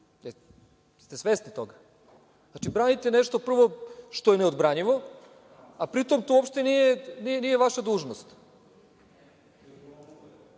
li svesni toga? Znači, branite nešto, prvo, što je neodbranjivo, a pritom to uopšte nije vaša dužnost. Potpuno